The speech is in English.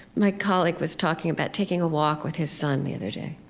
my colleague, was talking about taking a walk with his son the other day.